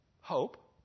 hope